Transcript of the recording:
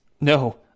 No